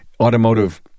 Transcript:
Automotive